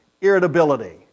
irritability